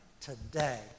today